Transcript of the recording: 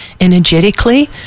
energetically